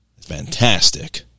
Fantastic